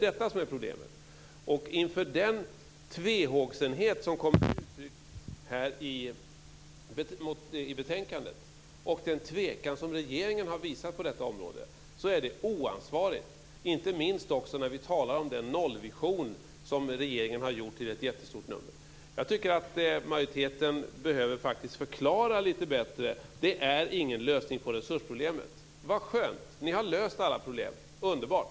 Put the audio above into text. Detta är problemet. Den tvehågsenhet som kommer till uttryck i betänkandet och den tvekan som regeringen har visat på detta område är uttryck för oansvarighet, inte minst mot bakgrund av den nollvision som regeringen har gjort till ett jättestort nummer. Jag tycker att majoriteten lite bättre behöver förklara hur man löst resursproblemet. I så fall: Vad skönt att ni har löst alla problem! Underbart!